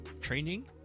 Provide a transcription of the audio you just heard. training